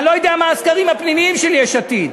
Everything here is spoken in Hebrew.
אני לא יודע מה הסקרים הפנימיים של יש עתיד,